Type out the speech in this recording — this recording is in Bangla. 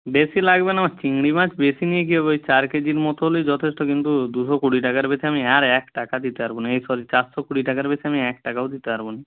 বেশি লাগবে না আমার চিংড়ি মাছ বেশি নিয়ে কী হবে ওই চার কেজির মতো হলেই যথেষ্ট কিন্তু দুশো কুড়ি টাকার বেশি আমি আর এক টাকা দিতে পারব না এই সরি চারশো কুড়ি টাকার বেশি আমি এক টাকাও দিতে পারব না